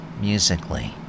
musically